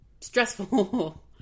Stressful